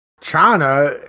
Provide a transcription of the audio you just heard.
China